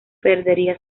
perdería